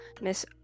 Miss